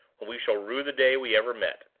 when we shall rue the day we ever met.